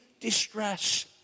distress